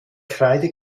kreide